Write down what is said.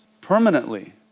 permanently